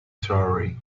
sorry